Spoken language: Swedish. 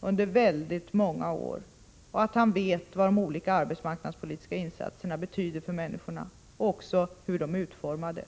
under många år och att han vet vad de olika arbetsmarknadspolitiska insatserna betyder för människorna, liksom hur åtgärderna är utformade.